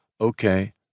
Okay